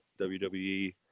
wwe